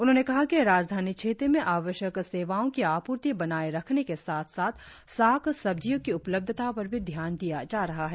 उन्होंने कहा कि राजधानी क्षेत्र में आवश्यक सेवाओं की आपूर्ति बनाएं रखने के साथ साथ शाक सब्जियों की उपलब्धता पर भी ध्यान दिया जा रहा है